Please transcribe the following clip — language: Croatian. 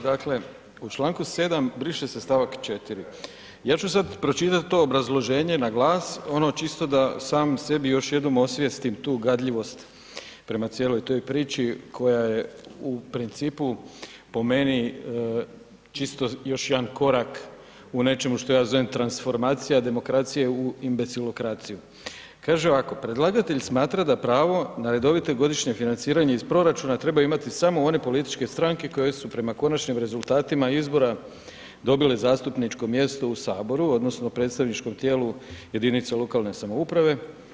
Dakle, u čl. 7. briše se stavak 4. Ja ću sada pročitati to obrazloženje na glas, ono čisto da sam sebi još jednom osvijestim tu gadljivost prema cijeloj toj priči, koja je u principu po meni, čisto još jedan korak, u nečemu što ja zovem transformacija demokracije u … Kaže ovako, predlagatelj smatra da pravo na redovito godišnje financiranje iz proračuna, trebaju imati samo one političke stranke, koje su prema konačnom rezultatima izbora dobile zastupničko mjesto u Saboru, odnosno, predstavničko tijelu jedinice lokalne samouprave.